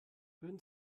würden